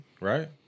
right